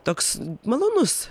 toks malonus